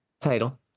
title